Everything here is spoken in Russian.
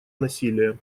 насилия